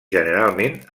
generalment